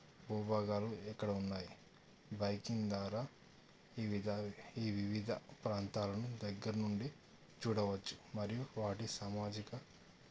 భూభాగాలు ఇక్కడ ఉన్నాయి బైకింగ్ ద్వారా ఈ వివిధ ప్రాంతాలను దగ్గర నుండి చూడవచ్చు మరియు వాటి సామాజిక